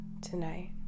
tonight